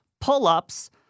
pull-ups